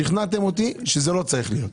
שכנעתם אותי שזה לא צריך להיות.